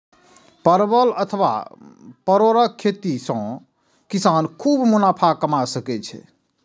परवल अथवा परोरक खेती सं किसान खूब मुनाफा कमा सकै छै